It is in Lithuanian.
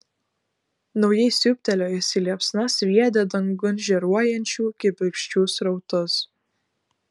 naujai siūbtelėjusi liepsna sviedė dangun žėruojančių kibirkščių srautus